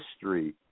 history